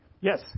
Yes